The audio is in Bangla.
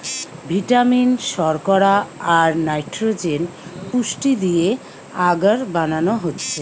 ভিটামিন, শর্করা, আর নাইট্রোজেন পুষ্টি দিয়ে আগর বানানো হচ্ছে